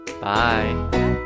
Bye